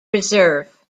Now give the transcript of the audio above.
reserve